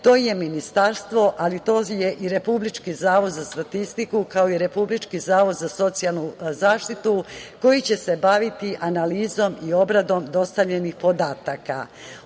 to je ministarstvo, ali to je i Republički zavod za statistiku, kao i Republički zavod za socijalnu zaštitu koji će se baviti analizom i obradom dostavljenih podataka. Ono